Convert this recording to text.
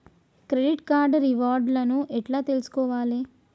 Credit card reward లను ఎట్ల తెలుసుకోవాలే?